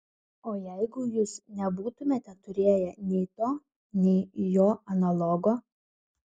o jeigu jūs nebūtumėte turėję nei to nei jo analogo